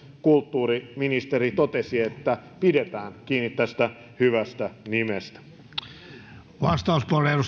kulttuuriministeri totesi että pidetään kiinni tästä hyvästä nimestä